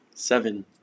Seven